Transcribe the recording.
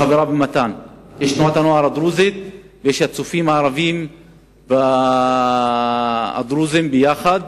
יש תנועת הנוער הדרוזית ויש הצופים הערבים והדרוזים יחד,